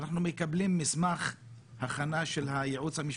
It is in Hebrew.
שאנחנו מקבלים מסמך הכנה של הייעוץ המשפטי,